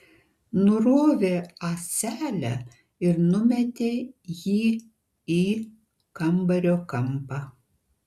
nurovė ąselę ir numetė jį į kambario kampą